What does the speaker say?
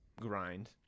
grind